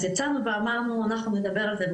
אז יצאנו ואמרנו אנחנו נדבר על זה,